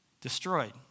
destroyed